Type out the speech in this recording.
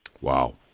Wow